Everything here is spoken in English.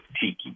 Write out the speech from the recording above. Tiki